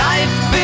Life